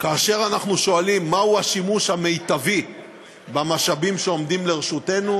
כאשר אנחנו שואלים מהו השימוש המיטבי במשאבים שעומדים לרשותנו,